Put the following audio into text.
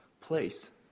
place